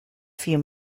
few